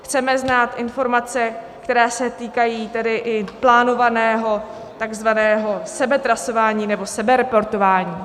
Chceme znát informace, které se týkají tedy i plánovaného takzvaného sebetrasování nebo sebereportování.